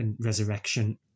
resurrection